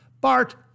Bart